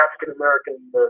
African-American